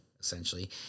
essentially